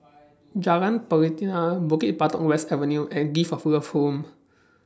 Jalan Pelatina Bukit Batok West Avenue and Gift of Love Home